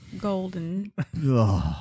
golden